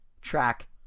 track